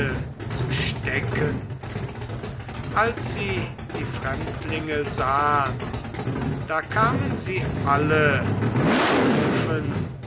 zu stecken als sie die fremdlinge sahn da kamen sie alle bei haufen